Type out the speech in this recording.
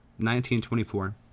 1924